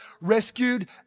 rescued